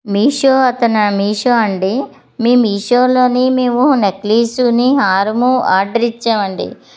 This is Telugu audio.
మీషో అతనా మీషో అండి మీ మీషోలోని మేము నెక్లెస్ని హరము ఆర్డర్ ఇచ్చామండి